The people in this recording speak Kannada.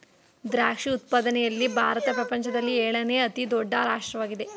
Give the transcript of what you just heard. ದ್ರಾಕ್ಷಿ ಉತ್ಪಾದನೆಯಲ್ಲಿ ಭಾರತ ಪ್ರಪಂಚದಲ್ಲಿ ಏಳನೇ ಅತಿ ದೊಡ್ಡ ರಾಷ್ಟ್ರವಾಗಿದೆ